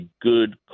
good